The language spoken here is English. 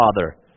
Father